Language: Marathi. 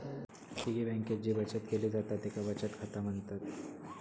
पिगी बँकेत जी बचत केली जाता तेका बचत खाता म्हणतत